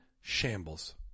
shambles